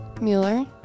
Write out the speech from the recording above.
Mueller